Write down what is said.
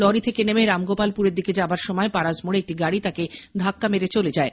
lorry থেকে নেমে রামগোপালপুরের দিকে যাবার সময় পারাজ মোড়ে একটি গাড়ি তাকে ধাক্কা মেরে চলে যায়